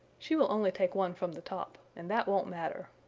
she will only take one from the top and that won't matter.